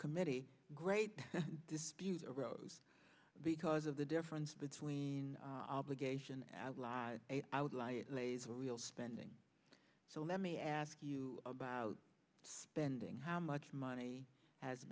committee great dispute arose because of the difference between obligation as law i would like a real spending so let me ask you about spending how much money has